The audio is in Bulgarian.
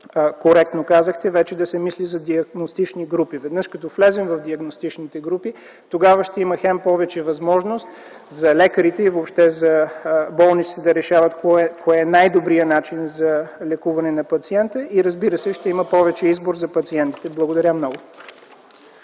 коректно казахте, вече да се мисли за диагностични групи. Веднъж като влезем в диагностичните групи тогава ще има хем повече възможност за лекарите и въобще за болниците да решават кой е най-добрият начин за лекуване на пациента и, разбира се, ще има повече избор за пациентите. Благодаря много.